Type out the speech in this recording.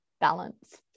balance